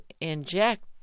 inject